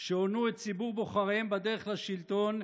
שהונו את ציבור בוחריהם בדרך לשלטון,